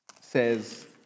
says